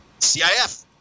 CIF